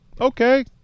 okay